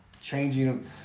changing